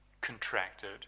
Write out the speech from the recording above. contracted